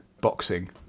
boxing